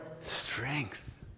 strength